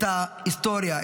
את ההיסטוריה,